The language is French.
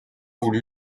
voulu